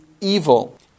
evil